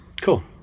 Cool